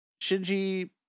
Shinji